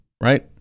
right